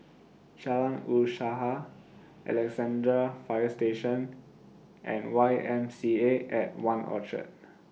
Jalan Usaha Alexandra Fire Station and Y M C A At one Orchard